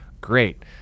Great